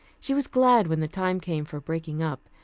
she was glad when the time came for breaking up,